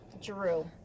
Drew